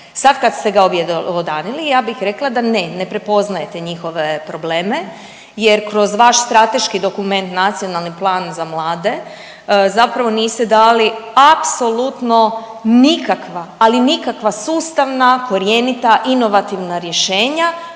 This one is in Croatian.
Sad kad ste ga objelodanili ja bih rekla da ne, ne prepoznajete njihove probleme jer kroz vaš strateški dokument, Nacionalni plan za mlade zapravo niste dali apsolutno nikakva, ali nikakva sustavna korjenita inovativna rješenja